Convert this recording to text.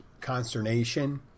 consternation